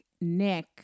Nick